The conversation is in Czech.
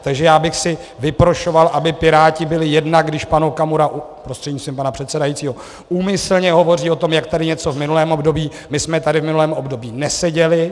Takže já bych si vyprošoval, aby Piráti byli jednak, když pan Okamura, prostřednictvím pana předsedajícího, úmyslně hovoří o tom, jak tady bylo něco v minulém období, my jsme tady v minulém období neseděli.